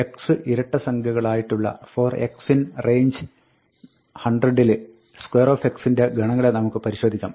x ഇരട്ട സംഖ്യകളായിട്ടുള്ള for x in range 100 ൽ square ന്റെ ഗണങ്ങളെ നമുക്ക് പരിശോധിക്കാം